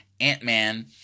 Ant-Man